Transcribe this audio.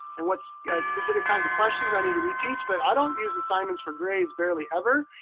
and what specific kinds of questions i need to reteach. but i don't use assignments for grades barely ever.